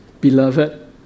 beloved